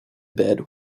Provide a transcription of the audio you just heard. bed